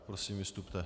Prosím, vystupte.